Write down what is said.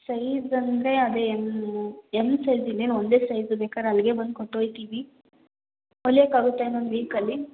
size ಅಂದರೆ ಅದೇ M M size ಇನ್ನೇನು ಒಂದೇ ಸೈಜ್ ಬೇಕಾದ್ರೆ ಅಲ್ಲಿಗೆ ಬಂದು ಕೊಟ್ಟು ಓಗ್ತೀವಿ ಹೊಲಿಯಕಾಗುತ್ತಾ ಇನ್ನೊಂದು ವೀಕಲ್ಲಿ